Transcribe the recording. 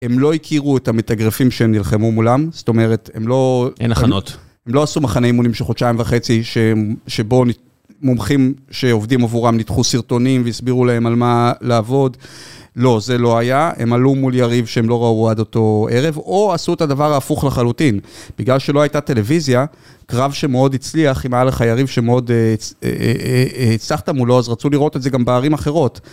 הם לא הכירו את המתאגרפים שהם נלחמו מולם, זאת אומרת, הם לא... אין הכנות. הם לא עשו מחנה אימונים של חודשיים וחצי, ש...שבו מומחים שעובדים עבורם ניתחו סרטונים, הסבירו להם על מה... לעבוד. לא, זה לא היה. הם עלו מול יריב שהם לא ראו עד אותו... ערב, או עשו את הדבר ההפוך לחלוטין. בגלל שלא הייתה טלוויזיה, קרב שמאוד הצליח, אם היה לך יריב שמאוד אה-אה-אה... הצלחת מולו, אז רצו לראות את זה גם בערים אחרות.